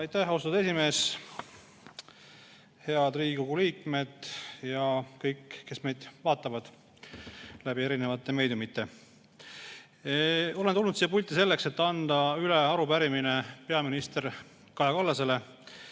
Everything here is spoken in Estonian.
Aitäh, austatud esimees! Head Riigikogu liikmed ja kõik, kes meid vaatavad läbi erinevate meediumite! Olen tulnud siia pulti selleks, et anda üle arupärimine peaminister Kaja Kallasele.